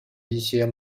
一些